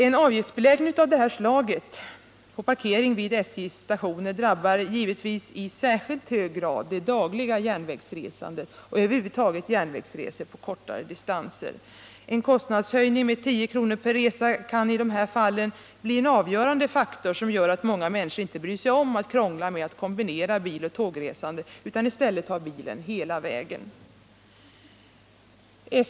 En avgiftsbeläggning i samband med parkering vid SJ:s stationer drabbar givetvis i särskilt hög grad det dagliga järnvägsresandet och järnvägsresor på kortare distanser över huvud taget. En kostnadshöjning med 10 kr. per resa kan i dessa fall bli en avgörande faktor som gör att många människor inte bryr sig om att krångla med att kombinera biloch tågresande utan i stället tar bilen hela vägen.